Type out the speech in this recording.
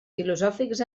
filosòfics